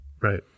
Right